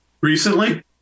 Recently